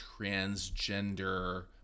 transgender